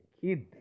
kid